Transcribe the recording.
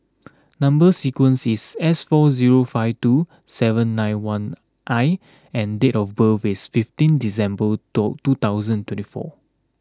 number sequence is S four zero five two seven nine one I and date of birth is fifteen December door two thousand twenty four